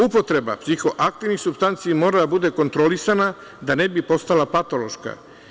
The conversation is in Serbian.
Upotreba psihoaktivnih supstanci mora da bude kontrolisana, da ne bi postala patološka.